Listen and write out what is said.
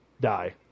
die